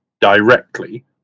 directly